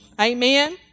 Amen